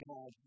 God